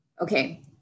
Okay